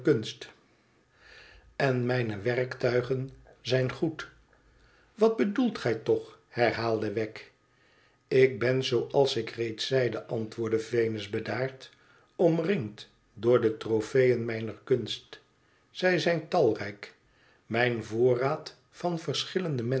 en mijne werktuigen zijn goed wat bedoelt gij toch herhaalde wegg ik ben zooals ik reeds zeide antwoordde venus bedaard omringd door de tropeeën mijner kunst zij zijn talrijk mijn voorraad van verschillende